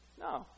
No